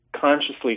consciously